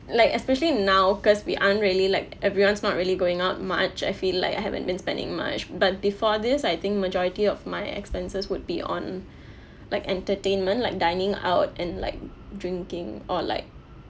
like especially now because we aren't really like everyone's not really going out much I feel like I haven't been spending much but before this I think majority of my expenses would be on like entertainment like dining out and like drinking or like